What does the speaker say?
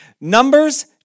Numbers